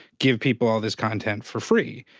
give people all this content for free.